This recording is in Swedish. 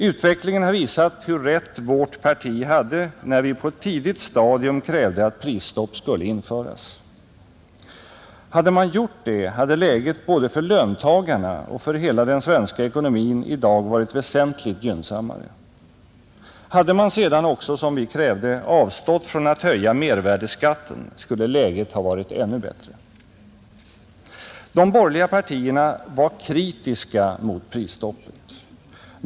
Utvecklingen har visat hur rätt vårt parti hade när vi på ett tidigt stadium krävde att prisstopp skulle införas. Hade man gjort det hade läget både för löntagarna och för hela den svenska ekonomin i dag varit väsentligt gynnsammare. Hade man sedan också, som vi krävde, avstått från att höja mervärdeskatten skulle läget ha varit ännu bättre. De borgerliga partierna var kritiska mot prisstoppet.